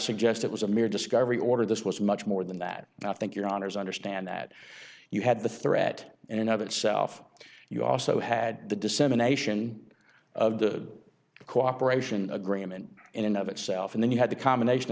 suggest it was a mere discovery order this was much more than that and i think your honour's understand that you had the threat in and of itself you also had the dissemination of the cooperation agreement in and of itself and then you had the combination